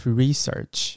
research